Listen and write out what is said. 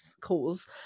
cause